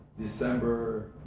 December